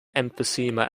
emphysema